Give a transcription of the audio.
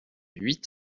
huit